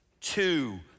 Two